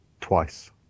Twice